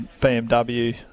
BMW